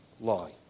lie